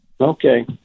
Okay